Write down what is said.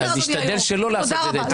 בסדר, אדוני היו"ר, תודה רבה.